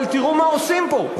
אבל תראו מה עושים פה,